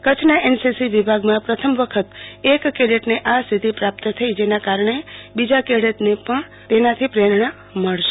કચ્છના એનસીસી વિભાગમાં પ્રથમ વખત એક કેડેટને આ સિધ્ધી પ્રાપ્ત થઈ જેના કારણે બીજા કેડેટને પણ તેમાંથી પ્રેરણા મળો